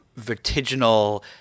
vertiginal